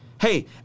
Hey